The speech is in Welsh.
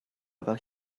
fel